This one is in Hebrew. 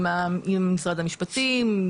משרד המשפטים,